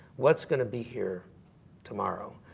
what's going to be here tomorrow?